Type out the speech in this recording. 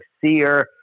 seer